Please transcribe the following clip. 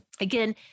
again